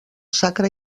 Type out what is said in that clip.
sacre